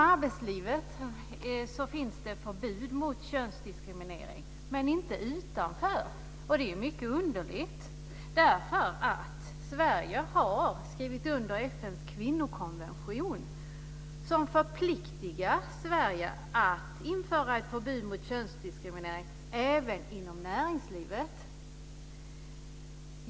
Det finns förbud mot könsdiskriminering inom arbetslivet men inte utanför detta, vilket är mycket underligt. Sverige har skrivit under FN:s kvinnokonvention som förpliktigar Sverige att införa ett förbud mot könsdiskriminering även inom näringslivet.